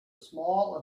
small